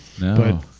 No